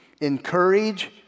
encourage